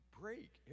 break